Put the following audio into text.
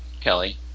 Kelly